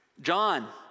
John